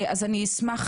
אשמח